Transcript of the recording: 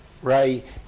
Ray